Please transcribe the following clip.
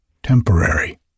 Temporary